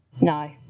No